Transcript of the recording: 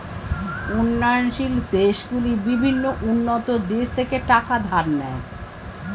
উন্নয়নশীল দেশগুলি বিভিন্ন উন্নত দেশ থেকে টাকা ধার নেয়